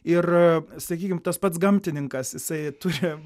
ir sakykim tas pats gamtininkas jisai turi